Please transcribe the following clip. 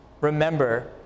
remember